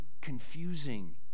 confusing